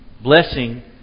Blessing